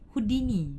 houdini